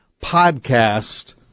podcast